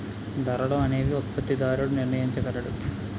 ధరలు అనేవి ఉత్పత్తిదారుడు నిర్ణయించగలడు